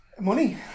money